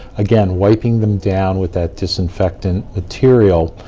again, wiping them down with that disinfectant material,